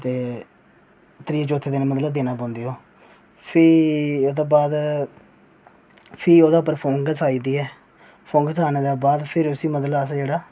ते त्रीए चौथे दिन मतलब देना पौंदी ओह् ते फ्ही ओह्दे बाद फ्ही ओह्दे पर फंगस आई जंदी ऐ फंगस आने दे बाद फ्ही मतलब अस उसी जेह्ड़ा